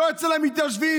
לא אצל המתיישבים,